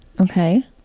Okay